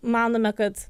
manome kad